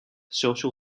social